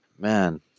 man